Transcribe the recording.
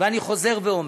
ואני חוזר ואומר: